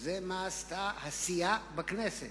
זה מה עשתה הסיעה בכנסת.